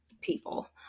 people